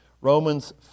Romans